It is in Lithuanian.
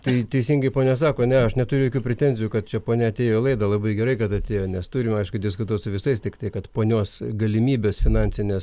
tai teisingai ponia sako ne aš neturiu jokių pretenzijų kad čia ponia atėjo į laidą labai gerai kad atėjo nes turim aišku diskutuot visais tiktai kad ponios galimybės finansinės